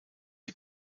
die